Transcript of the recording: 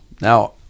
Now